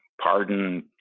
pardon